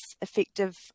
effective